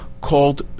called